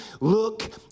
Look